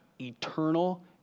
eternal